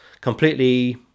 completely